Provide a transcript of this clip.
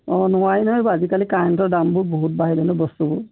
অঁ নোৱাৰি নহয় এইবোৰ আজিকালি কাৰেণ্টৰ দামবোৰ বহুত বাঢ়িলে নহয় বস্তুবোৰ